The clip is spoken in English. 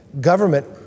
government